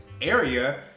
area